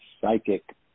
psychic